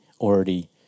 already